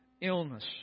illness